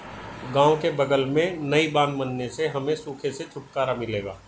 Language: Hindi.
गांव के बगल में नई बांध बनने से हमें सूखे से छुटकारा मिलेगा